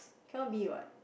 cannot be what